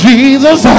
Jesus